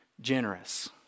generous